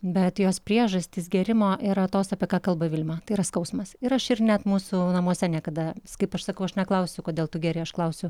bet jos priežastys gėrimo yra tos apie ką kalba vilma tai yra skausmas ir aš ir net mūsų namuose niekada kaip aš sakau aš neklausiu kodėl tu geri aš klausiu